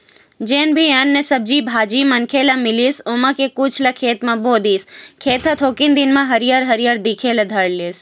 जेन भी अन्न, सब्जी भाजी मनखे ल मिलिस ओमा के कुछ ल खेत म बो दिस, खेत ह थोकिन दिन म हरियर हरियर दिखे ल धर लिस